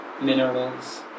Minerals